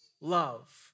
love